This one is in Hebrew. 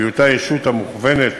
בהיותה ישות המוכוונת